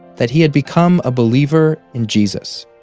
that he had become a believer in jesus.